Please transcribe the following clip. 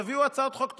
תביאו הצעות חוק טובות.